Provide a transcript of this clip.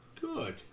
good